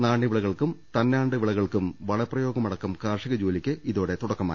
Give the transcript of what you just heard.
നാണ്യവിളകൾക്കും തന്നാണ്ട് വിളകൾക്കും വളപ്രയോഗമടക്കം കാർഷി കജോലിക്ക് ഇതോടെ തുടക്കമായി